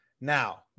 now